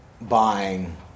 buying